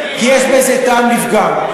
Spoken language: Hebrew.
כי יש בזה טעם לפגם.